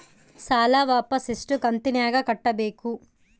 ಸಾಲ ವಾಪಸ್ ಎಷ್ಟು ಕಂತಿನ್ಯಾಗ ಕಟ್ಟಬೇಕು?